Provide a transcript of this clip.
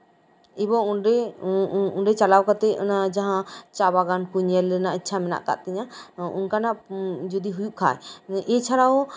ᱮᱵᱚᱝ ᱚᱱᱰᱮ ᱚᱱᱰᱮ ᱪᱟᱞᱟᱣ ᱠᱟᱛᱮᱜ ᱪᱟ ᱵᱟᱜᱟᱱ ᱠᱚ ᱧᱮᱞ ᱨᱮᱱᱟᱜ ᱤᱪᱪᱷᱟ ᱢᱮᱱᱟᱜ ᱠᱟᱜ ᱛᱤᱧᱟ ᱚᱱᱠᱟᱱᱟᱜ ᱡᱚᱫᱤ ᱦᱩᱭᱩᱜ ᱠᱷᱟᱱ